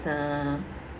uh